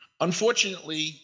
Unfortunately